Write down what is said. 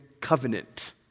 covenant